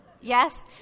Yes